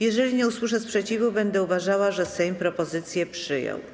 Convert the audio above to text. Jeżeli nie usłyszę sprzeciwu, będę uważała, że Sejm propozycję przyjął.